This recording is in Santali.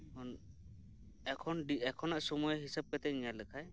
ᱮᱠᱷᱚᱱ ᱰᱤ ᱮᱠᱷᱚᱱᱟᱜ ᱥᱩᱢᱟᱹᱭ ᱦᱤᱥᱟᱹᱵ ᱠᱟᱛᱮᱫ ᱧᱮᱞ ᱞᱮᱞ ᱠᱷᱟᱱ